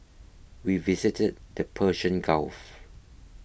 we visited the Persian Gulf